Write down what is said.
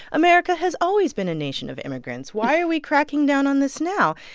america has always been a nation of immigrants. why are we cracking down on this now?